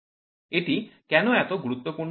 এটি কেন এত গুরুত্বপূর্ণ